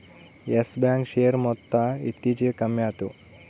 Yes Bank share ಮೊತ್ತ ಇತ್ತೀಚಿಗೆ ಕಮ್ಮ್ಯಾತು